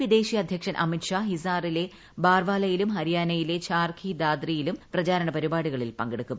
P ദേശീയ അധ്യക്ഷൻ അമിത് ഷാ ഹിസ്സാറിലെ ബാർവാലയിലും ഹരിയാനയിലെ ചാർഖി ദാദ്രിയിലും പ്രചാരണ പരിപാടികളിൽ പങ്കെടുക്കും